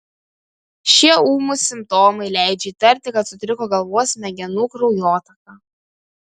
šie ūmūs simptomai leidžia įtarti kad sutriko galvos smegenų kraujotaka